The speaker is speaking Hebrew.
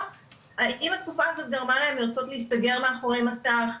האם התקופה הזאת גרמה להם לרצות להסתגר מאחורי מסך,